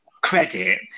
credit